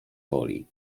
woli